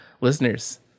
listeners